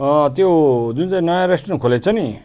त्यो जुन चाहिँ नयाँ रेस्टुरेन्ट खोलेको छ नि